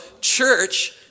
church